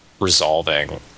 resolving